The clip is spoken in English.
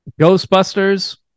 Ghostbusters